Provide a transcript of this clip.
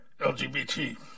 LGBT